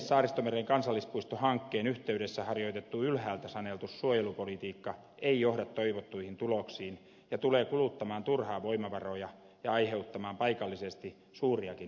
saaristomeren kansallispuistohankkeen yhteydessä harjoitettu ylhäältä saneltu suojelupolitiikka ei johda toivottuihin tuloksiin ja tulee kuluttamaan turhaan voimavaroja ja aiheuttamaan paikallisesti suuriakin vaikeuksia